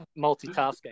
Multitasking